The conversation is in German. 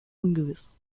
ungewiss